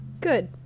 Good